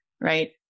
right